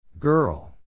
Girl